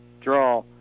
draw